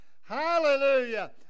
Hallelujah